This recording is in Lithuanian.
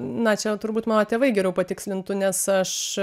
na čia jau turbūt mano tėvai geriau patikslintų nes aš